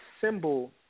symbol